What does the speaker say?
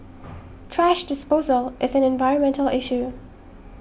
thrash disposal is an environmental issue